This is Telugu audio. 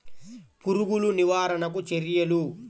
పురుగులు నివారణకు చర్యలు?